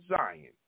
Zion